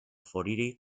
foriri